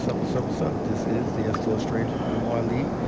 up, what's up, what's up? this is the stl stranger, umar lee.